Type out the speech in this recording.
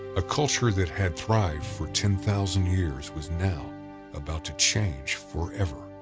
a culture that had thrived for ten thousand years was now about to change forever.